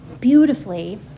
beautifully